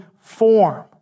form